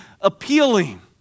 appealing